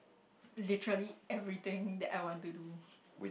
literally everything that I want to do